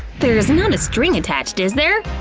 there's not a string attached, is there?